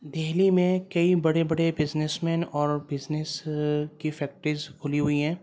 دہلی میں کئی بڑے بڑے بزنس مین اور بزنس کی فیکٹریز کھلی ہوئی ہیں